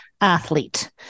athlete